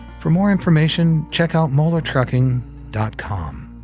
for more information, check out moellertrucking dot com.